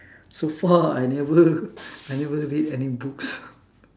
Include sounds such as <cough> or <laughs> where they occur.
so far I never I never read any books <laughs>